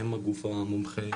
הם הגוף המומחה,